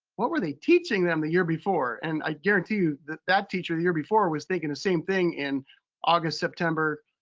what were they teaching them the year before? and i guarantee you that that teacher the year before was thinking the same thing in august, september,